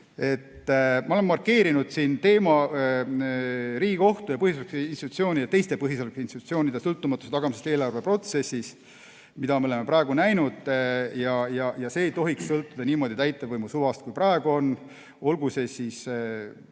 Ma olen markeerinud siin teema "Riigikohtu ja põhiseaduslike institutsioonide ja teiste põhiseaduslike institutsioonide sõltumatuse tagamine eelarveprotsessis". Mida me oleme praegu näinud? See ei tohiks sõltuda niimoodi täitevvõimu suvast, kui praegu on, olgu see siis